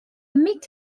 meet